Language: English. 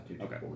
Okay